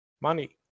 money